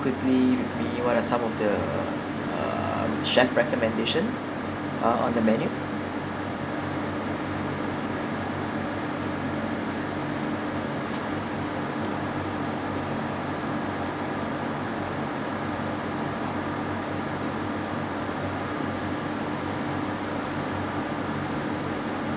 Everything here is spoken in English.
quickly with me what are some of the uh chef recommendation uh on the menu